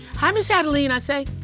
hi, miz adeline, i say.